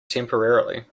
temporarily